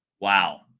Wow